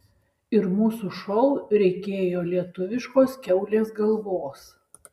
ir mūsų šou reikėjo lietuviškos kiaulės galvos